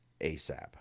ASAP